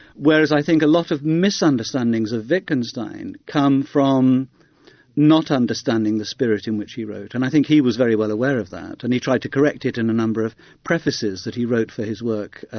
whereas i think a lot of misunderstandings of wittgenstein come from not understanding the spirit in which he wrote, and i think he was very well aware of that, and he tried to correct it in a number of prefaces that he wrote for his work,